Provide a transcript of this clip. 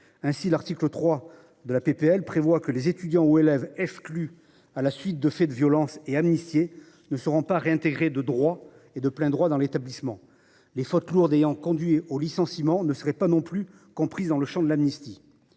Ainsi, aux termes de l’article 3, les étudiants ou élèves exclus à la suite de faits de violence et amnistiés ne seraient pas réintégrés de plein droit dans l’établissement. Les fautes lourdes ayant conduit au licenciement ne seraient pas non plus comprises dans le champ de l’amnistie.